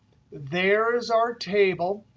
there is our table.